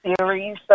series